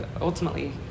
ultimately